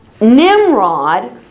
Nimrod